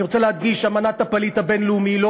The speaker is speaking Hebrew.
אני רוצה להדגיש: אמנת הפליט הבין-לאומית לא